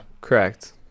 correct